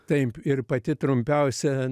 taip ir pati trumpiausia